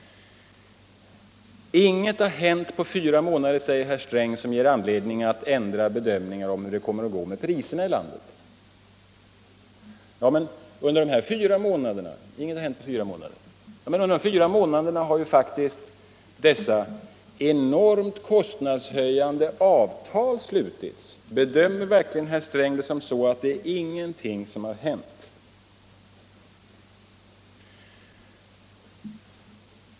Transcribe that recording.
Ingenting har hänt på fyra månader, säger herr Sträng, som ger anledning till en ändrad bedömning av hur det kommer att gå med priserna i landet. Men under dessa fyra månader har faktiskt dessa enormt kostnadshöjande avtal slutits. Bedömer verkligen herr Sträng dem så att ingenting har hänt?